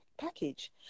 package